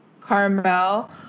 Carmel